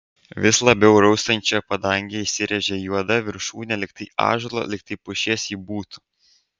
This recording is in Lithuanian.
vis labiau raustančioje padangėje įsirėžė juoda viršūnė lyg tai ąžuolo lyg tai pušies ji būtų